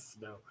no